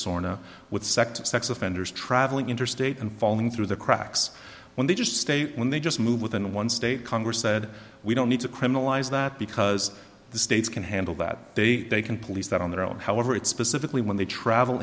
sort of with sect sex offenders traveling interstate and falling through the cracks when they just state when they just move within one state congress said we don't need to criminalize that because the states can handle that they they can police that on their own however it's specifically when they travel